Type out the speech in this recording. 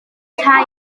tai